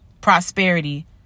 Prosperity